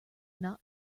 not